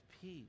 peace